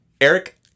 eric